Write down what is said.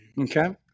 Okay